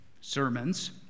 sermons